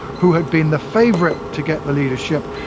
who had been the favourite to get the leadership,